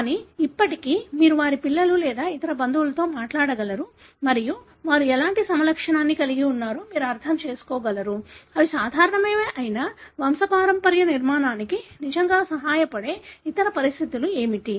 కానీ ఇప్పటికీ మీరు వారి పిల్లలు లేదా ఇతర బంధువులతో మాట్లాడగలరు మరియు వారు ఎలాంటి సమలక్షణాన్ని కలిగి ఉన్నారో మీరు అర్థం చేసుకోగలరు అవి సాధారణమైనవే అయినా వంశపారంపర్య నిర్మాణానికి నిజంగా సహాయపడే ఇతర పరిస్థితులు ఏమిటి